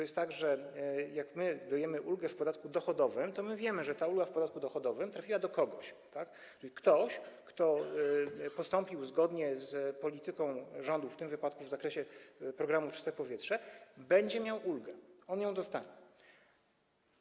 Jest tak, że kiedy my dajemy ulgę w podatku dochodowym, to wiemy, że ta ulga w podatku dochodowym trafiła do kogoś, czyli że ktoś, kto postąpił zgodnie z polityką rządu, w tym wypadku w zakresie programu „Czyste powietrze”, będzie miał ulgę, dostanie ją.